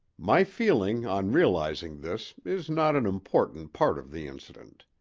my feeling on realizing this is not an important part of the incident.